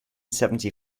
seventy